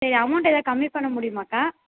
சரி அமௌண்ட் எதாவது கம்மி பண்ண முடியுமாக்கா